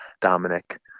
Dominic